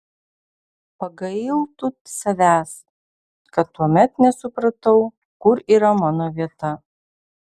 pagailtų savęs kad tuomet nesupratau kur yra mano vieta